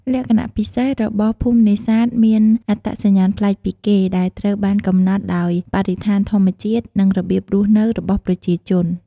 លក្ខណៈពិសេសរបស់ភូមិនេសាទមានអត្តសញ្ញាណប្លែកពីគេ ដែលត្រូវបានកំណត់ដោយបរិស្ថានធម្មជាតិ និងរបៀបរស់នៅរបស់ប្រជាជន។